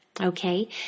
okay